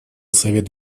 совет